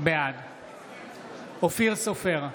בעד אופיר סופר,